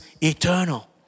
eternal